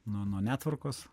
nuo nuo netvarkos